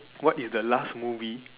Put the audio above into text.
what is the last movie